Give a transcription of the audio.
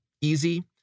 easy